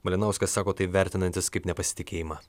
malinauskas sako tai vertinantis kaip nepasitikėjimą